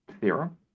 theorem